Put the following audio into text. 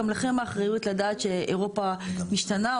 גם לכם האחריות לדעת שאירופה משתנה,